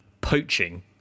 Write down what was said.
poaching